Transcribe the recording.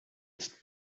ist